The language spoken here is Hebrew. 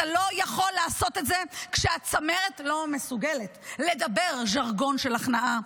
אתה לא יכול לעשות את זה כשהצמרת לא מסוגלת לדבר ז'רגון של הכנעה,